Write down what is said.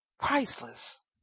priceless